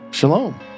Shalom